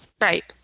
Right